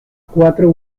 cuatro